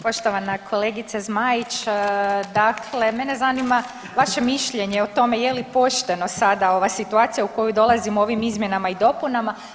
Poštovana kolegice Zmaić, dakle mene zanima vaše mišljenje o tome je li poštena sada ova situacija u koju dolazimo ovim izmjenama i dopunama.